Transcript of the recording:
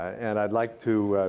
and i'd like to